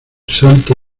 santo